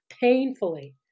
Painfully